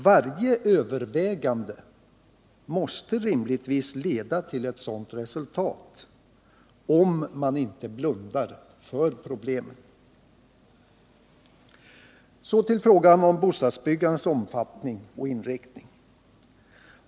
Varje övervägande måste rimligtvis leda till ett sådant resultat, om man inte blundar för problemen. Så till frågan om bostadsbyggandets omfattning och inriktning.